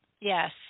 Yes